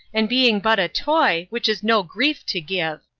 and being but a toy, which is no grief to give.